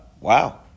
Wow